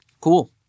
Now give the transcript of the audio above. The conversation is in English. cool